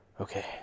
Okay